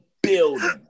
Building